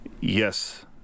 Yes